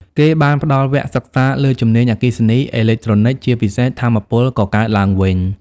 គេបានផ្តល់វគ្គសិក្សាលើជំនាញអគ្គិសនី អេឡិចត្រូនិក ជាពិសេស ថាមពលកកើតឡើងវិញ។